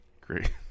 Great